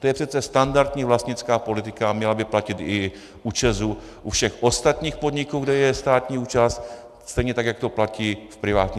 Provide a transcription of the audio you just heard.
To je přece standardní vlastnická politika a měla by platit i u ČEZu, i u všech ostatních podniků, kde je státní účast, stejně tak jak to platí v privátní sféře.